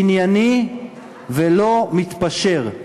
ענייני ולא מתפשר.